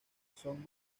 son